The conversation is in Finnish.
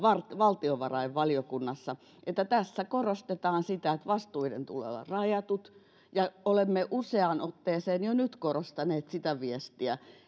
valtiovarainvaliokunnassa että tässä korostetaan sitä että vastuiden tulee olla rajatut olemme useaan otteeseen jo nyt korostaneet sitä viestiä